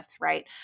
right